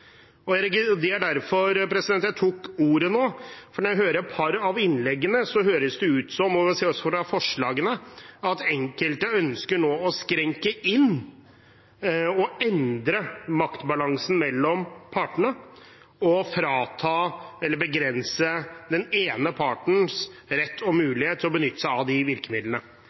derfor jeg tok ordet nå, for når jeg hører et par av innleggene, høres det ut som – og det ser vi også av forslagene – at enkelte nå ønsker å skrenke inn og endre maktbalansen mellom partene, og frata eller begrense den ene partens rett og mulighet til å benytte seg av de virkemidlene.